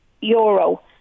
euro